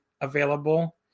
available